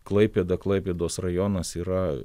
klaipėda klaipėdos rajonas yra